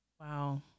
wow